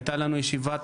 הייתה לנו ישיבה,